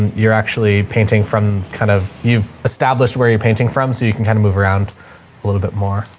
you're actually painting from kind of you've established where you're painting from so you can kind of move around a little bit more.